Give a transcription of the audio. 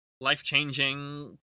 life-changing